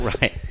Right